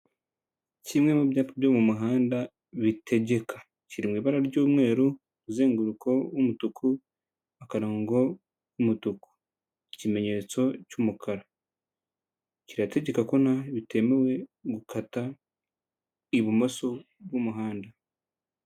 Kimwe mu byapa byo mu muhanda bitegeka, kiri mu ibara ry'umweru, umuzenguruko w'umutuku, akarongo umutuku, ikimenyetso cy'umukara. Kirategeka ko bitemewe gukata ibumoso bw'umuhanda.